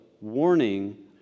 warning